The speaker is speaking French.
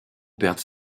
perdent